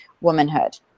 womanhood